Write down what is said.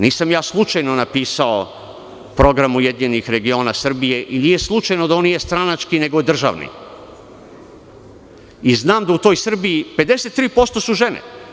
Nisam ja slučajno napisao Program URS i nije slučajno da on nije stranački, nego državni i znam da su u toj Srbiji 53% žene.